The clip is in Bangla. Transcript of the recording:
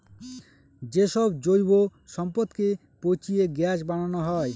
যে সব জৈব সম্পদকে পচিয়ে গ্যাস বানানো হয়